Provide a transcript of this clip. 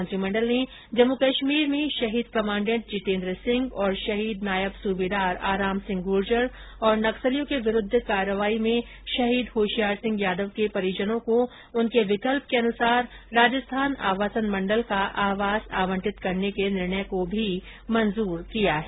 मंत्रिमंडल ने जम्मू कश्मीर में शहीद कमांडेंट जितेन्द्र सिंह तथा शहीद नायब सूबेदार आराम सिंह गुर्जर और नक्सलियों के विरूद्ध कार्रवाई में शहीद होशियार सिंह यादव के परिजनों को उनके विकल्प के अनुसार राजस्थान आवासन मंडल का आवास आवंटित करने के निर्णय को भी मंजूर किया है